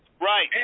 Right